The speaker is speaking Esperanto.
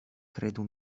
kredu